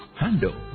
handle